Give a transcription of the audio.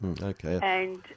Okay